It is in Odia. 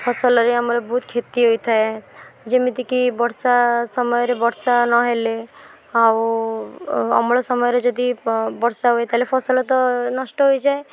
ଫସଲରେ ଆମର ବହୁତ କ୍ଷତି ହୋଇଥାଏ ଯେମିତି କି ବର୍ଷା ସମୟରେ ବର୍ଷା ନହେଲେ ଆଉ ଅମଳ ସମୟରେ ଯଦି ବର୍ଷା ହୁଏ ତାହେଲେ ଫସଲ ତ ନଷ୍ଟ ହୋଇଯାଏ